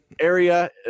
area